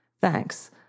Thanks